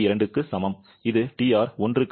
2 க்கு சமம் இது TR 1 க்கு